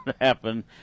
happen